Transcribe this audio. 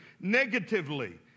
negatively